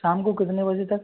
शाम को कितने बजे तक